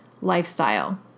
lifestyle